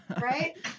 right